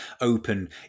open